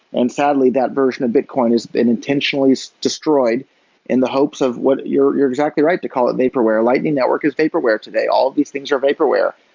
and sadly, that version of bitcoin has been intentionally destroyed in the hopes of what you're you're exactly right to call it vaporware lightning network is vaporware today, all these things are vaporware.